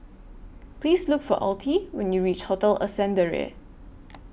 Please Look For Altie when YOU REACH Hotel Ascendere